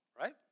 Right